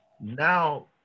Now